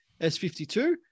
s52